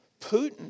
Putin